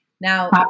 Now